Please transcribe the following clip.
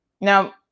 Now